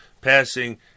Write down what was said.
passing